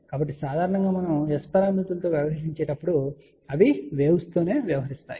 కాబట్టి సాధారణంగా మనము S పారామితులతో వ్యవహరించేటప్పుడు అవి వేవ్స్ తో వ్యవహరిస్తాయి